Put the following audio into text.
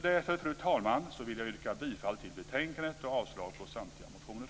Därför, fru talman, vill jag yrka bifall till utskottets hemställan och avslag på samtliga motioner.